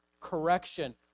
correction